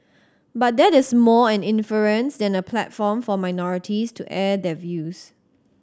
but that is more an inference than a platform for minorities to air their views